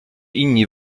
inni